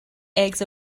eggs